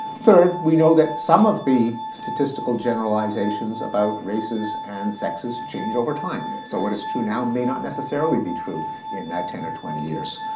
third, we know that some of the statistical generalizations about races and sexes change over time. so, what is true now may not necessarily be true in ten or twenty years.